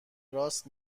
راست